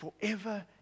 forever